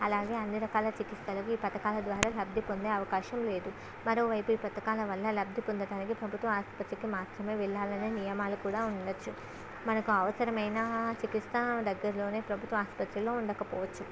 అలాగే అన్ని రకాల చికిత్సలకు ఈ పథకాల ద్వారా లబ్ధి పొందే అవకాశం లేదు మరోవైపు ఈ పథకాల వల్ల లబ్ధి పొందటానికి ప్రభుత్వ ఆసుపత్రికి మాత్రమే వెళ్ళాలని నియమాలు కూడా ఉండవచ్చు మనకు అవసరమైన చికిత్స దగ్గరలోనే ప్రభుత్వ ఆస్పత్రిలో ఉండకపోవచ్చు